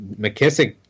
McKissick